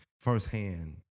firsthand